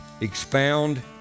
expound